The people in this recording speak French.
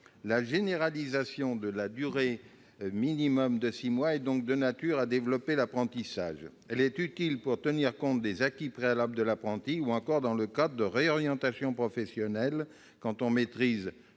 La généralisation de la durée minimum de six mois est donc de nature à développer l'apprentissage. Elle est utile pour tenir compte des acquis préalables de l'apprenti ou encore dans le cadre de réorientations professionnelles. Quand on choisit